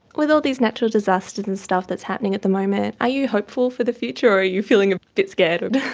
with all these natural disasters and stuff that's happening at the moment, are you hopeful for the future or are you feeling a bit scared